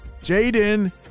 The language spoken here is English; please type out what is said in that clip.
Jaden